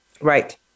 Right